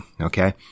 Okay